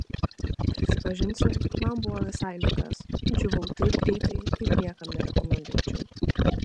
prisipažinsiu man buvo visai ne kas džiūvau taip greitai kaip niekam nerekomenduočiau